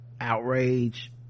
outrage